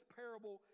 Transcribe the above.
parable